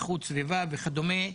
איכות הסביבה וכדומה.